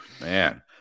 Man